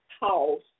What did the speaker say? house